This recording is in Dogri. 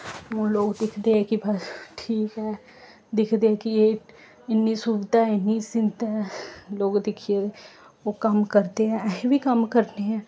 हून लोक दिखदे कि भाई ठीक ऐ दिखदे कि एह् इन्नी सुबधा ऐ इन्नी सिन्त ऐ लोग दिक्खियै ओह् कम्म करदे ऐं अस बी कम्म करने ऐं